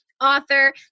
author